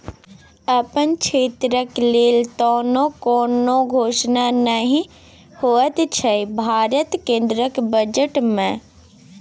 अपन क्षेत्रक लेल तँ कोनो घोषणे नहि होएत छै भारतक केंद्रीय बजट मे